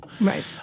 Right